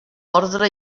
ordre